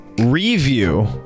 review